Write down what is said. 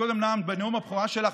קודם נאמת בנאום הבכורה שלך.